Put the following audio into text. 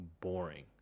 boring